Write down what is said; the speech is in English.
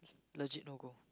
legit no go